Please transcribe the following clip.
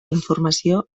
informació